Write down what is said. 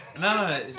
no